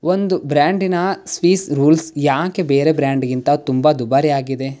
ಒಂದು ಬ್ರ್ಯಾಂಡಿನ Swiss rolls ಯಾಕೆ ಬೇರೆ ಬ್ರ್ಯಾಂಡಿಗಿಂತ ತುಂಬ ದುಬಾರಿ ಆಗಿದೆ